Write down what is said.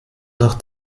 nach